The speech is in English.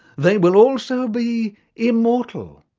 they will also be immortal,